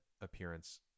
appearance